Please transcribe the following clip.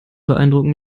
beeindrucken